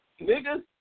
niggas